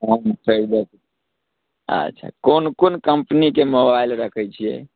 हँ पैघ बा छै अच्छा कोन कोन कम्पनीके मोबाइल रखैत छियै